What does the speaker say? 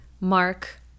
Mark